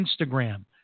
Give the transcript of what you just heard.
Instagram